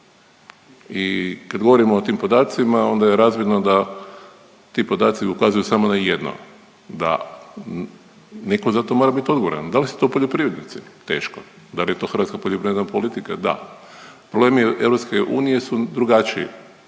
I kad govorimo o tim podacima onda je razvidno da ti podaci ukazuju samo na jedno da netko za to mora biti odgovoran. Da li su to poljoprivrednici? Teško. Da li je to hrvatska poljoprivredna politika? Da. Problemi EU su drugačiji